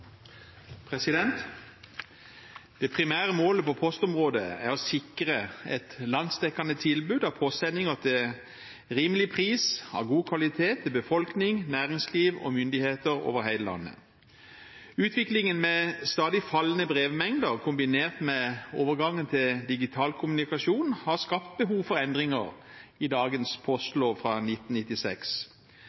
å sikre et landsdekkende tilbud av postsendinger til rimelig pris, av god kvalitet til befolkning, næringsliv og myndigheter over hele landet. Utviklingen med stadig fallende brevmengder kombinert med overgangen til digital kommunikasjon har skapt behov for endringer i dagens postlov fra 1996.